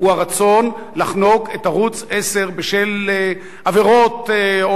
הוא הרצון לחנוק את ערוץ-10 בשל עבירות או